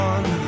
One